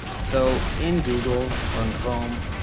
so in google or in chrome,